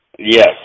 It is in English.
Yes